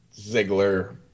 Ziggler